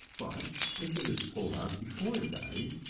but if it is pulled out before it dies,